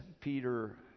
Peter